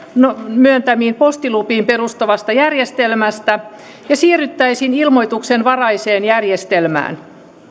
myöntämiin postilupiin perustuvasta järjestelmästä ja siirryttäisiin ilmoituksenvaraiseen järjestelmään